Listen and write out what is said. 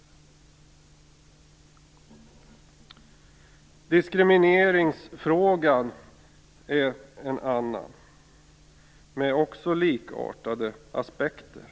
I diskrimineringsfrågan finns likartade aspekter.